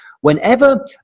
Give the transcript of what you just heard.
whenever